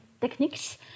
techniques